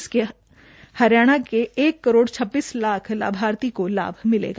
इससे हरियाणा के एक करोड़ छब्बीस लाख लाभार्थियों से लाभ मिलेगा